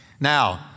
Now